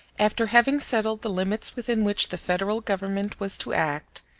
after having settled the limits within which the federal government was to act,